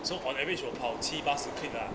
so on average 我跑七八十 click lah